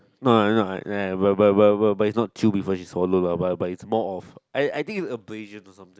not not I am not but but but but but is not true before she swallow lah but is more of I think is a pressure or something